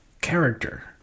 character